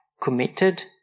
committed